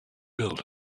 built